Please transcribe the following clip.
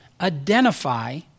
identify